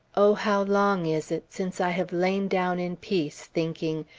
o how long, is it since i have lain down in peace, thinking,